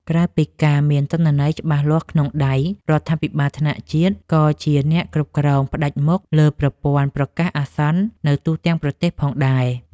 ក្រៅពីការមានទិន្នន័យច្បាស់លាស់ក្នុងដៃ រដ្ឋាភិបាលថ្នាក់ជាតិក៏ជាអ្នកគ្រប់គ្រងផ្ដាច់មុខលើប្រព័ន្ធប្រកាសអាសន្ននៅទូទាំងប្រទេសផងដែរ។